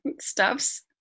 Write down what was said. Stuffs